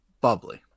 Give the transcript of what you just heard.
Bubbly